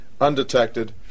undetected